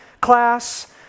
class